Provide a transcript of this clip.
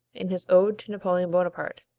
in his ode to napoleon bonaparte